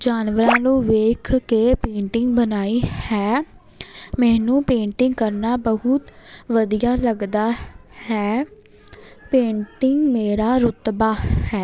ਜਾਨਵਰਾਂ ਨੂੰ ਵੇਖ ਕੇ ਪੇਂਟਿੰਗ ਬਣਾਈ ਹੈ ਮੈਨੂੰ ਪੇਂਟਿੰਗ ਕਰਨਾ ਬਹੁਤ ਵਧੀਆ ਲੱਗਦਾ ਹੈ ਪੇਂਟਿੰਗ ਮੇਰਾ ਰੁਤਬਾ ਹੈ